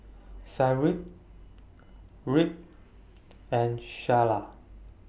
Cyril Reid and Shayla